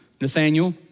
Nathaniel